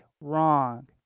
wrong